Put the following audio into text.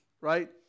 right